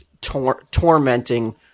tormenting